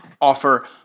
Offer